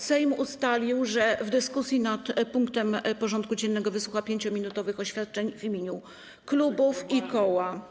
Sejm ustalił, że w dyskusji nad punktem porządku dziennego wysłucha 5-minutowych oświadczeń w imieniu klubów i koła.